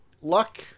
luck